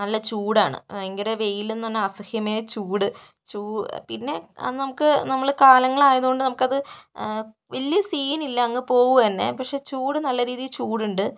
നല്ല ചൂടാണ് ഭയങ്കര വെയിലെന്ന് പറഞ്ഞാൽ അസഹ്യമായ ചൂട് പിന്നെ നമുക്ക് നമ്മൾ കാലങ്ങളായത് കൊണ്ട് നമക്കത് വലിയ സീനില്ല അങ്ങു പോവുക തന്നെ പക്ഷെ ചൂട് നല്ല രീതി ചൂടുണ്ട്